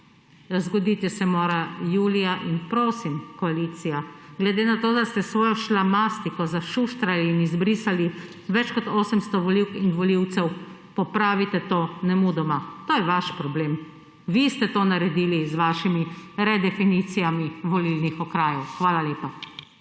Zgoditi se mora julija. In prosim, koalicija, glede na to, da ste s svojo šlamastiko zašuštrali in izbrisali več kot 800 volivk in volivcev, popravite to nemudoma! To je vaš problem. Vi ste to naredili z vašimi redefinicijami volilnih okrajev. Hvala lepa.